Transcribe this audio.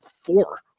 four